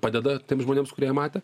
padeda tiem žmonėms kurie ją matė